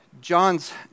John's